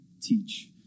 teach